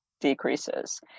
decreases